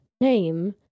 name